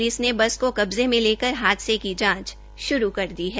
police ने bus को कब्जे में लेकर हादसे की जांच शुरू कर दी है